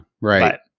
right